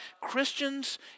Christians